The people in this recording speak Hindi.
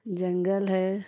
जंगल है